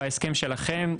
בהסכם שלכם,